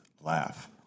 laugh